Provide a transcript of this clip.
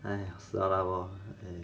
!aiya! 死了 lah 我